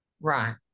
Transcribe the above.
right